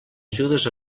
ajudes